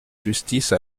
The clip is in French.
justice